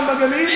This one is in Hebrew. גם בגליל,